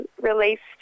released